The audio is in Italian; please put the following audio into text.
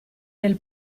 nel